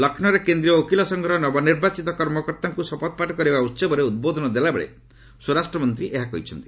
ଲକ୍ଷ୍ରୌରେ କେନ୍ଦୀୟ ଓକିଲ ସଂଘର ନବନିର୍ବାଚିତ କର୍ମକର୍ତ୍ତାମାନଙ୍କୁ ଶପଥପାଠ କରାଇବା ଉହବରେ ଉଦ୍ବୋଧନ ଦେଲାବେଳେ ସ୍ୱରାଷ୍ଟ୍ର ମନ୍ତ୍ରୀ ଏହା କହିଛନ୍ତି